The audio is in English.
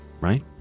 right